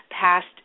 past